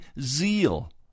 zeal